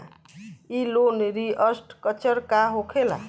ई loan restructure का होखे ला?